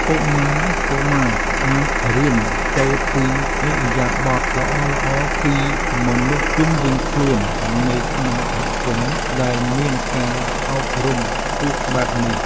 កុមារៗអាចរៀនសូត្រពីឥរិយាបថល្អៗពីមនុស្សជុំវិញខ្លួននៅក្នុងសហគមន៍ដែលមានការអប់រំខ្ពស់បែបនេះ។